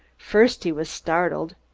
first he was startled,